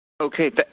Okay